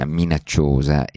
minacciosa